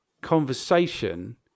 conversation